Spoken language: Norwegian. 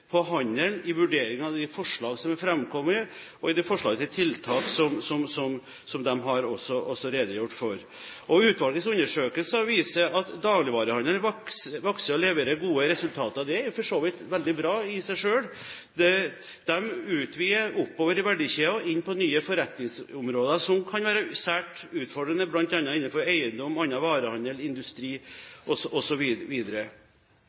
tiltak som de har redegjort for. Utvalgets undersøkelser viser at dagligvarehandelen vokser og leverer gode resultater. Det er for så vidt veldig bra i seg selv. Man utvider oppover i verdikjeden og går inn på nye forretningsområder som kan være svært utfordrende, bl.a. innenfor eiendom, annen varehandel, industri osv. Så vet vi